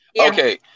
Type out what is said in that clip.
Okay